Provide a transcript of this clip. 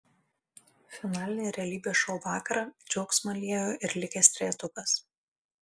finalinį realybės šou vakarą džiaugsmą liejo ir likęs trejetukas